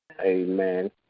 Amen